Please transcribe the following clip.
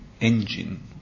engine